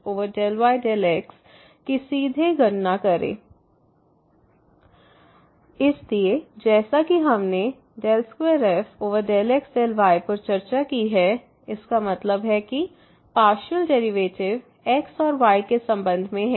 fxyxyx2y2xy≠00 0 इसलिए जैसा कि हमने 2f∂x∂y पर चर्चा की है इसका मतलब है कि पार्शियल डेरिवेटिव x और y के संबंध में है